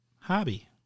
Hobby